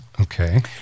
Okay